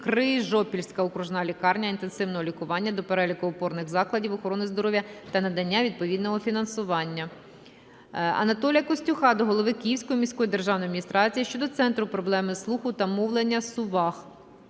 "Крижопільська окружна лікарня інтенсивного лікування" до переліку опорних закладів охорони здоров'я та надання відповідного фінансування. Анатолія Костюха до голови Київської міської державної адміністрації щодо центру проблем слуху та мовлення "СУВАГ".